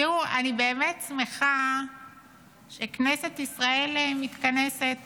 תראו, אני באמת שמחה שכנסת ישראל מתכנסת